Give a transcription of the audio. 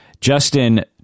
Justin